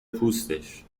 پوستش